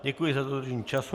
Děkuji za dodržení času.